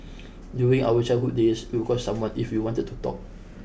during our childhood days we would call someone if we wanted to talk